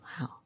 Wow